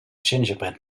gingerbread